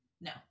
no